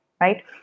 right